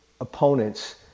opponents